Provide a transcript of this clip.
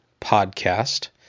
Podcast